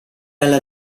alla